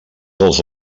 dels